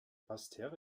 basseterre